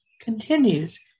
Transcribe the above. continues